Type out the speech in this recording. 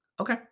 Okay